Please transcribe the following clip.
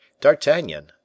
D'Artagnan